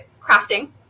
crafting